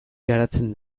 geratzen